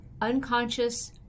unconscious